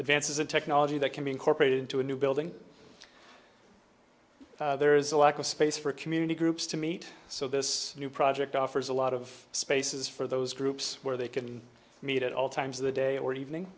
advances in technology that can be incorporated into a new building there is a lack of space for community groups to meet so this new project offers a lot of spaces for those groups where they can meet at all times of the day or evening